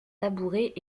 tabouret